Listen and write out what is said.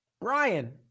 Brian